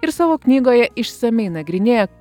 ir savo knygoje išsamiai nagrinėja